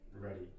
ready